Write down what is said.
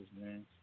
man